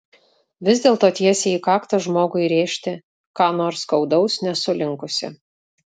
vis dėlto tiesiai į kaktą žmogui rėžti ką nors skaudaus nesu linkusi